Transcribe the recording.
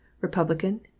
republican